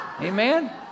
Amen